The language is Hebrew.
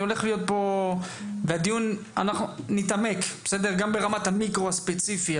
אנחנו נתעמק גם ברמת המיקרו הספציפי.